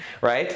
right